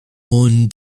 won